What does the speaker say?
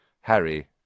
Harry